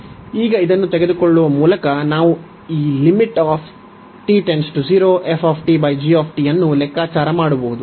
ಈಗ ಇದನ್ನು ತೆಗೆದುಕೊಳ್ಳುವ ಮೂಲಕ ನಾವು ಈ ಅನ್ನು ಲೆಕ್ಕಾಚಾರ ಮಾಡಬಹುದು